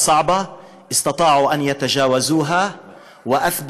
והוכיחו שהם מסוגלים להתבלט ולהצטיין.